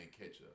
catch-up